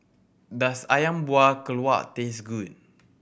does Ayam Buah Keluak taste good